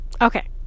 Okay